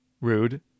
rude